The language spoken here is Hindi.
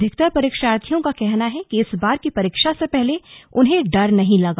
अधिकतर परीक्षार्थियों का हना है कि इस बार की परीक्षा से पहले उन्हें डर नहीं लगा